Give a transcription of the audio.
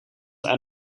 aan